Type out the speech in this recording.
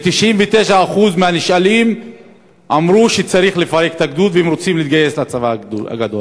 ו-99% מהנשאלים אמרו שצריך לפרק את הגדוד והם רוצים להתגייס לצבא הגדול.